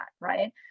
right